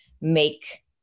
make